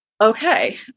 okay